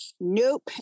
nope